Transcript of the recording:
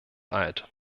alt